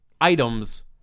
items